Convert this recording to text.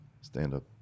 stand-up